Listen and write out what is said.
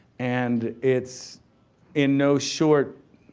and it's in no short,